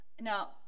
Now